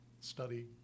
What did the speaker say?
study